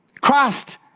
Christ